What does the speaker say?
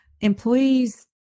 employees